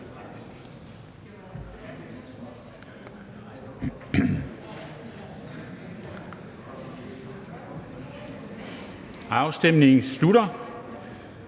Afstemningen slutter.